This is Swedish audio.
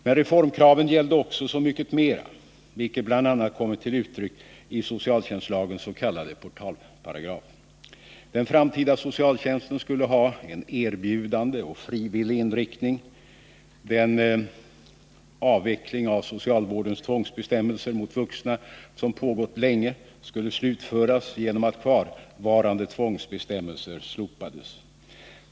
Men reformkraven gällde också så mycket mera, vilket bl.a. kommit till uttryck i socialtjänstlagens s.k. portalparagraf. Den framtida socialtjänsten skulle ha en erbjudande och frivillig inriktning. Den avveckling av socialvårdens tvångsbestämmelser mot vuxna som pågått länge skulle slutföras genom att kvarvarande tvångsbestämmelser slopades.